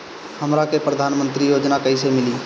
हमरा के प्रधानमंत्री योजना कईसे मिली?